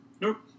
Nope